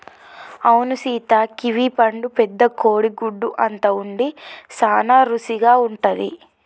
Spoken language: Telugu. అవును సీత కివీ పండు పెద్ద కోడి గుడ్డు అంత ఉండి సాన రుసిగా ఉంటది